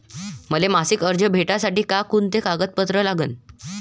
मले मासिक कर्ज भेटासाठी का कुंते कागदपत्र लागन?